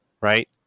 right